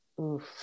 oof